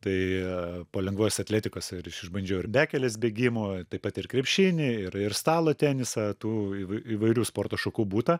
tai po lengvos atletikos ir aš išbandžiau ir bekelės bėgimo taip pat ir krepšinį ir ir stalo tenisą tų įv įvairių sporto šakų būta